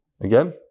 Again